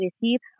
decir